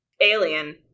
alien